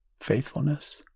faithfulness